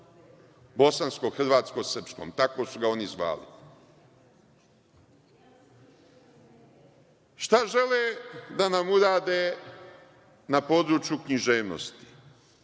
bosansko-hrvatsko-srpskom. Tako su ga oni zvali. Šta žele da nam urade na području književnosti?